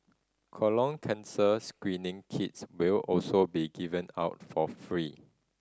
colon cancers screening kits will also be given out for free